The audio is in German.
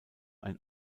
ein